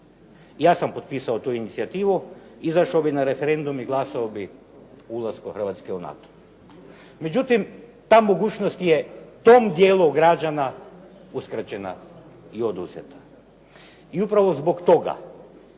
Ja sam potpisao tu inicijativu, izašao bih na referendum i glasao bi o ulasku Hrvatske u NATO. Međutim, ta mogućnost je tom dijelu građana uskraćena i oduzeta. I upravo zbog toga